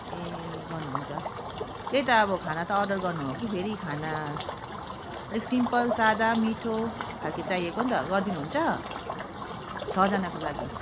ए गर्नु हुन्छ त्यही त अब खाना त अर्डर गर्नु हो कि फेरि खाना अलिक सिम्पल सादा मिठो खालको चाहिएको नि त गरिदिनुहुन्छ छजनाको लागि